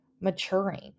maturing